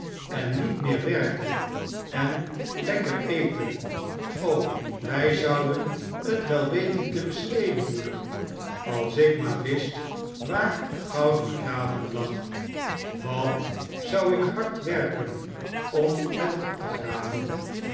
en niet meer werken en lekker eten o wij zouden het wel weten te besteden moeder als ik maar wist waar goud begraven lag wat zou ik hard werken om het op te graven